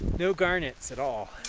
no garnets! at all,